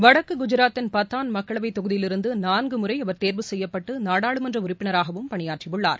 வடக்கு குஜராத்தின் பதன் மக்களவைத் தொகுதியிலிருந்து நான்கு முறை அவர் தேர்வு செய்யப்பட்டு நாடாளுமன்ற உறுப்பினராகவும் பணியாற்றியுள்ளார்